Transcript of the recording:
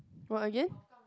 what again